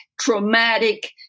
traumatic